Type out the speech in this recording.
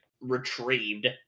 retrieved